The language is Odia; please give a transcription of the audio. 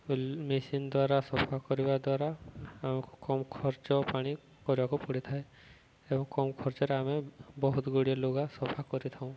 ମେସିନ୍ ଦ୍ୱାରା ସଫା କରିବା ଦ୍ୱାରା ଆମକୁ କମ୍ ଖର୍ଚ୍ଚ ପାଣି କରିବାକୁ ପଡ଼ିଥାଏ ଏବଂ କମ୍ ଖର୍ଚ୍ଚରେ ଆମେ ବହୁତ ଗୁଡ଼ିଏ ଲୁଗା ସଫା କରିଥାଉ